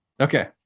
Okay